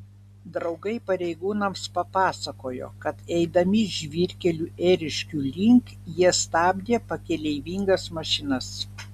draugai pareigūnams papasakojo kad eidami žvyrkeliu ėriškių link jie stabdė pakeleivingas mašinas